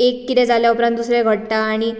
एक कितें जाल्यार उपरांत दुसरें घडटा आनी